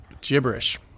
gibberish